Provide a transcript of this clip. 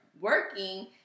working